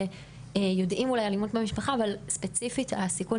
יודעים אולי על אלימות במשפחה אבל ספציפית הסיכון